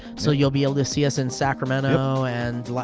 so you'll be able to see us in sacremento and.